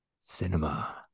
cinema